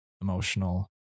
emotional